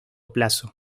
plazo